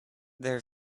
their